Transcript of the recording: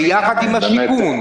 זה ביחד עם השיכון.